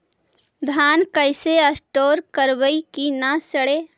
धान कैसे स्टोर करवई कि न सड़ै?